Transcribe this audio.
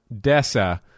Dessa